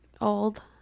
old